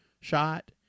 shot